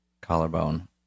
Collarbone